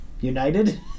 United